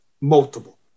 Multiple